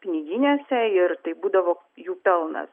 piniginėse ir tai būdavo jų pelnas